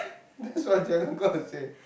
that's what gonna say